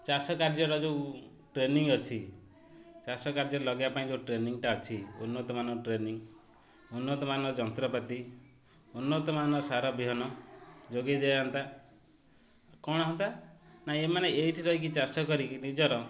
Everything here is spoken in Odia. ଚାଷ କାର୍ଯ୍ୟର ଯେଉଁ ଟ୍ରେନିଂ ଅଛି ଚାଷ କାର୍ଯ୍ୟ ଲଗାଇବା ପାଇଁ ଯେଉଁ ଟ୍ରେନିଂଟା ଅଛି ଉନ୍ନତମାନ ଟ୍ରେନିଂ ଉନ୍ନତମାନ ଯନ୍ତ୍ରପାତି ଉନ୍ନତମାନ ସାର ବିହନ ଯୋଗାଇ ଦିଆଯାନ୍ତା କ'ଣ ହନ୍ତା ନା ଏମାନେ ଏଇଠି ରହିକି ଚାଷ କରିକି ନିଜର